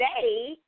today